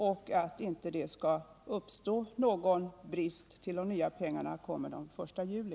Det skall inte behöva uppstå någon brist innan nya pengar kommer den 1 juli.